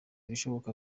ibishoboka